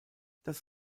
das